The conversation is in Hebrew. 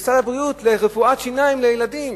של סל הבריאות לרפואת שיניים לילדים,